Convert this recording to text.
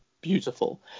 Beautiful